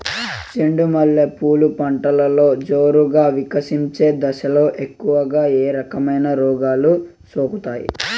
చెండు మల్లె పూలు పంటలో జోరుగా వికసించే దశలో ఎక్కువగా ఏ రకమైన రోగాలు సోకుతాయి?